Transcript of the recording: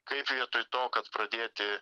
kaip vietoj to kad pradėti